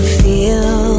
feel